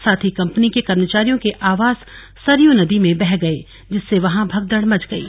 साथ ही कंपनी के कर्मचारियों के आवास सरयू नदी में बह गए जिससे वहां भगदड़ मच गई